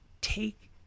take